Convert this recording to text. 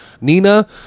Nina